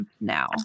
now